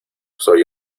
soy